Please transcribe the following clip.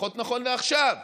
לפחות נכון לעכשיו,